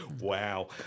wow